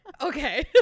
Okay